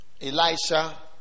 Elisha